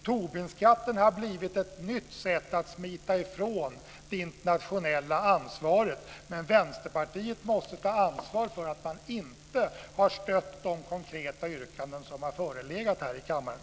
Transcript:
Tobinskatten har blivit ett nytt sätt att smita ifrån det internationella ansvaret, men Vänsterpartiet måste ta ansvar för att man inte har stött de konkreta yrkanden som har förelegat här i kammaren.